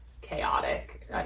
chaotic